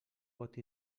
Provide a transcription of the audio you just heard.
pot